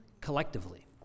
collectively